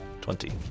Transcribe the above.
Twenty